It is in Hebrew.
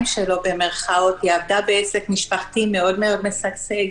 שלו" במירכאות היא עבדה בעסק משפחתי מאוד-מאוד משגשג,